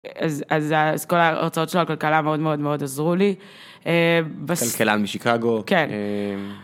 אז אז אז כל ההרצאות של הכלכלה מאוד מאוד מאוד עזרו לי כלכלן משיקגו.